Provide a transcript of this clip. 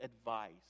advice